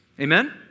Amen